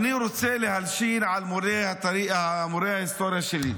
רוצה להלשין על מורה ההיסטוריה שלי.